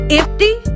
empty